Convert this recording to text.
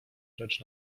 precz